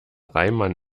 reimann